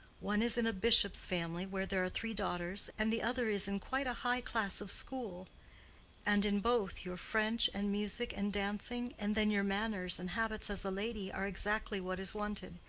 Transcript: one is in a bishop's family, where there are three daughters, and the other is in quite a high class of school and in both, your french, and music, and dancing and then your manners and habits as a lady, are exactly what is wanted.